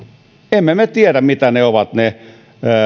emme me tiedä mitä ovat ne